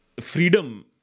freedom